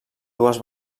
dues